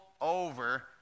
over